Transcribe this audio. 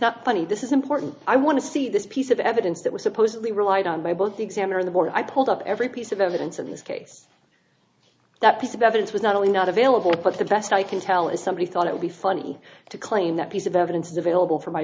not funny this is important i want to see this piece of evidence that was supposedly relied on by both the examiner the more i pulled up every piece of evidence in this case that piece of evidence was not only not available but the best i can tell is somebody thought it would be funny to claim that piece of evidence is available for my